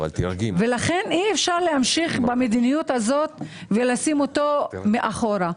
אי אפשר להמשיך במדיניות הזאת של לשים אותו מאחורה,